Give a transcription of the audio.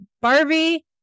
barbie